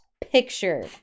picture